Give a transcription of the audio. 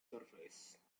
surface